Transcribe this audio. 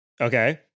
Okay